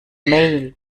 mail